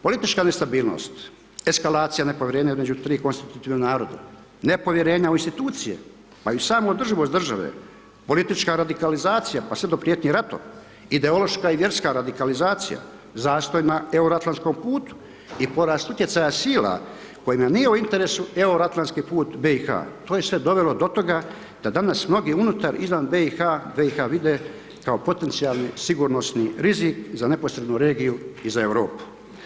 Politička nestabilnost, eskalacija nepovjerenja između tri konstitutivna naroda, nepovjerenja u institucije pa i u samu održivost države, politička radikalizacija pa sve do prijetnji ratom, ideološka i vjerska radikalizacija, zastoj na euroatlantskom putu i porast utjecaja sila kojima nije u interesu euroatlantski put BiH, to je sve dovelo do toga da danas mnogi unutar izvan BiH, BiH vide kao potencijalni sigurnosni rizik za neposrednu regiju i za Europu.